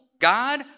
God